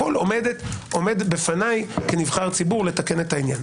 הכול עומד בפניי כנבחר ציבור לתקן את העניין.